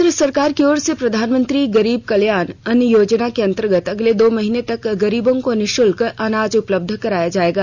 केंद्र सरकार की ओर से प्रधानमंत्री गरीब कल्याण अन्न योजना के अन्तर्गत अगले दो महीने तक गरीबों को निःशुल्क अनाज उपलब्ध कराया जाएगा